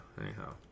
anyhow